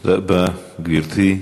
תודה רבה, גברתי.